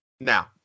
now